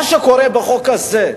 מה שקורה בחוק הזה,